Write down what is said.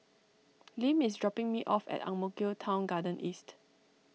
Lim is dropping me off at Ang Mo Kio Town Garden East